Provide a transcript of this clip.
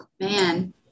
man